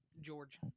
George